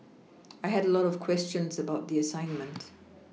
I had a lot of questions about the assignment